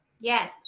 Yes